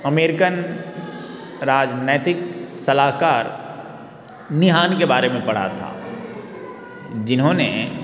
American राजनैतिक सलाहकार निहान के बारे में पढ़ा था जिन्होंने